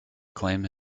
claim